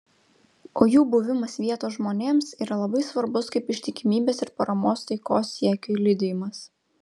o jų buvimas vietos žmonėms yra labai svarbus kaip ištikimybės ir paramos taikos siekiui liudijimas